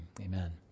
Amen